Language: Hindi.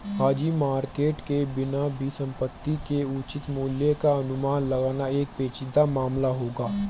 हाजिर मार्केट के बिना भी संपत्ति के उचित मूल्य का अनुमान लगाना एक पेचीदा मामला होगा